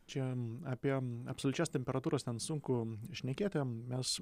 čia apie absoliučias temperatūras ten sunku šnekėti mes